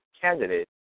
candidate